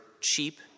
cheap